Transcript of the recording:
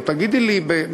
או תגידי לי,